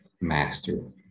master